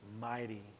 Mighty